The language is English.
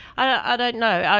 i don't know.